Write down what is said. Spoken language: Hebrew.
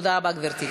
תודה רבה, גברתי.